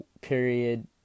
period